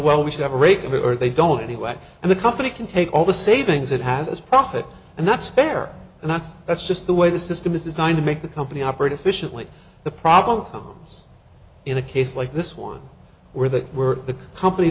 well we should have a regular they don't anyway and the company can take all the savings it has as profit and that's fair and that's that's just the way the system is designed to make the company operate efficiently the problem comes in a case like this one where the were the company